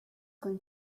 going